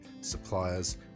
suppliers